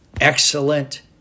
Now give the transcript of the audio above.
excellent